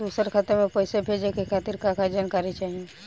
दूसर खाता में पईसा भेजे के खातिर का का जानकारी चाहि?